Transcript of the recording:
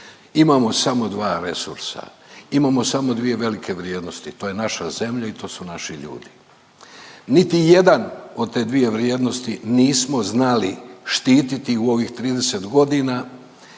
Imamo samo dva resursa, imamo samo dvije velike vrijednosti, to je naša zemlja i to su naši ljudi. Niti jedan od te dvije vrijednosti nismo znali štititi u ovih 30 godina